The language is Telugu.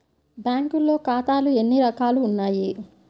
బ్యాంక్లో ఖాతాలు ఎన్ని రకాలు ఉన్నావి?